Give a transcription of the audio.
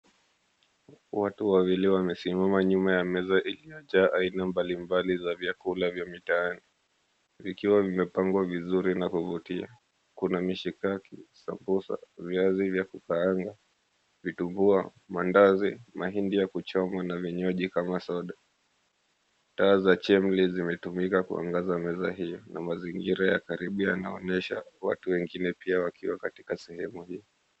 Watu wawili wamesimama nyuma ya meza iliyojaa aina mbalimbali za vyakula vya mitaani. Vikiwa vimepangwa vizuri na kuvutia, kuna mishikaki, sambusa, viazi vya kukaanga, vitumbua, maandazi, mahindi ya kuchomwa, na vinywaji kama soda. Taa za chemli zimetumika kuangaza meza hii na mazingira ya karibu yanaonyesha watu wengine pia wakiwa katika sehemu hii.